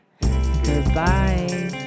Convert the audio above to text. Goodbye